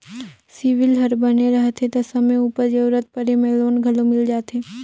CIBIL हर बने रहथे ता समे उपर जरूरत परे में लोन घलो मिल जाथे